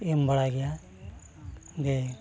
ᱮᱢ ᱵᱟᱲᱟᱭ ᱜᱮᱭᱟ ᱡᱮ